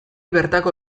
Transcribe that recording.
bertako